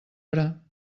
hora